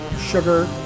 sugar